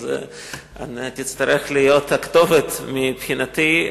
אז תצטרך להיות הכתובת מבחינתי,